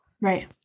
Right